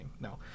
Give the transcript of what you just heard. No